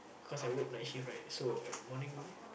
cause I work night shift right so at morning